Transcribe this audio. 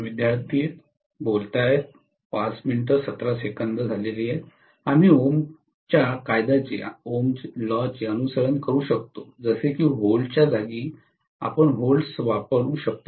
विद्यार्थीः आम्ही ओमच्या Ohm's कायद्याचे अनुसरण करू शकतो जसे की व्होल्टस 0517 च्या जागी आपण व्होल्टस वापरू शकतो